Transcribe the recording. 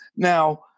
Now